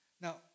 Now